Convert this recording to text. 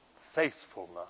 faithfulness